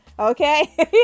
Okay